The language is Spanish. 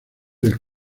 del